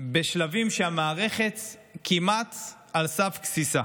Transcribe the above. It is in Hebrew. בשלבים שהמערכת כמעט על סף גסיסה.